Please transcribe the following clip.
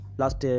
last